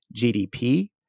GDP